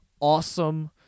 awesome